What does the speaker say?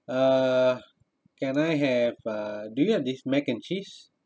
uh can I have uh do you have this mac and cheese